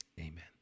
amen